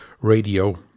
Radio